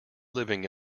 living